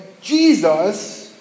Jesus